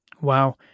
Wow